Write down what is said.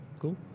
cool